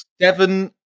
Seven